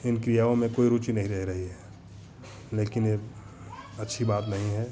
इन क्रियाओं में कोई रुचि नहीं रह रही है लेकिन यह अच्छी बात नहीं है